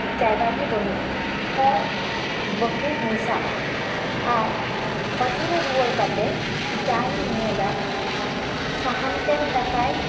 ᱡᱟᱭᱜᱟ ᱜᱮ ᱵᱟᱱᱩᱜᱼᱟ ᱦᱚᱲ ᱵᱟᱠᱚ ᱢᱮᱥᱟᱜᱼᱟ ᱟᱨ ᱟᱛᱩ ᱨᱮ ᱨᱩᱣᱟᱹᱲ ᱠᱟᱛᱮᱜ ᱡᱟᱧ ᱧᱮᱞᱟ ᱥᱟᱦᱟᱱ ᱛᱮᱢ ᱫᱟᱠᱟᱭ